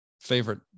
favorite